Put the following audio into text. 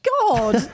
God